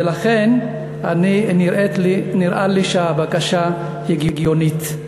ולכן נראה לי שהבקשה הגיונית.